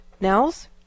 Nels